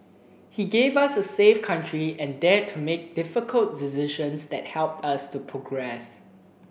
he gave us a safe country and dared to make difficult decisions that helped us to progress